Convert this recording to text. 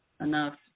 enough